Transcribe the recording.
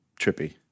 trippy